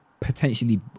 potentially